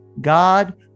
god